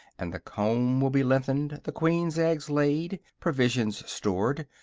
and the comb will be lengthened, the queen's eggs laid, provisions stored,